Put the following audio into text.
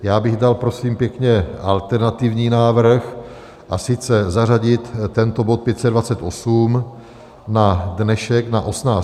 Já bych dal, prosím pěkně, alternativní návrh, a sice zařadit tento bod 528 na dnešek na 18.30.